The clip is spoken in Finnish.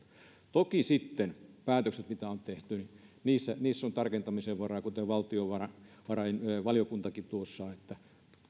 toki sitten päätöksissä mitä on tehty on tarkentamisen varaa kuten valtiovarainvaliokuntakin toteaa että